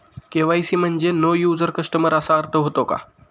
KYC म्हणजे know your customer असा अर्थ होतो का?